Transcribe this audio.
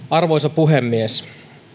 arvoisa puhemies